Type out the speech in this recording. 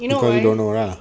because you don't know lah